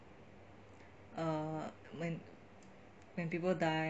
err when people die